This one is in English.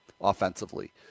offensively